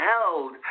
held